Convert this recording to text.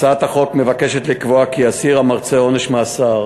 הצעת החוק מבקשת לקבוע כי אסיר המרצה עונש מאסר